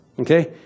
okay